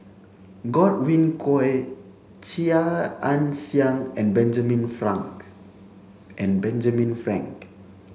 Godwin Koay Chia Ann Siang and Benjamin Frank and Benjamin Frank